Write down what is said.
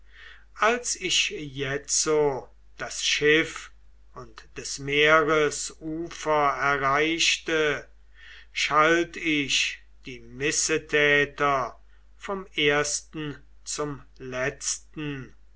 als ich jetzo das schiff und des meeres ufer erreichte schalt ich die missetäter vom ersten zum letzten